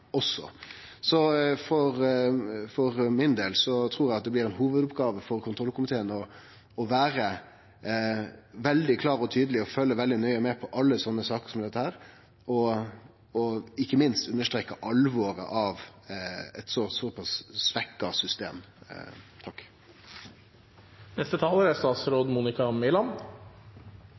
Så for min del trur eg at det blir ei hovudoppgåve for kontrollkomiteen å vere veldig klar og tydeleg og følgje veldig nøye med på alle sånne saker, og ikkje minst understreke alvoret av eit såpass svekt system. Jeg er enig i at dette er